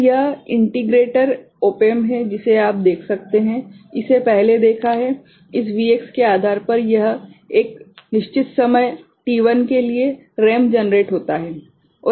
तो यह integrator op amp है जिसे आप देख सकते हैं इसे पहले देखा है इस Vx के आधार पर एक निश्चित समय t1 के लिए रैंप जनरेट होता है